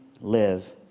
live